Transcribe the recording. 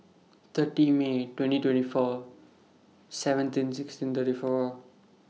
thirty May twenty twenty four seventeen sixteen thirty four